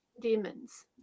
demons